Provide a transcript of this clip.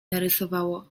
narysowało